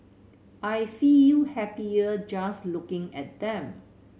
I feel happier just looking at them